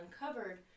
uncovered